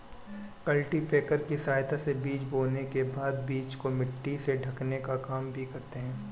cultipacker की सहायता से बीज बोने के बाद बीज को मिट्टी से ढकने का काम भी करते है